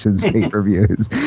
pay-per-views